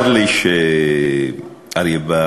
צר לי שאריה בר